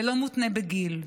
זה לא מותנה בגיל.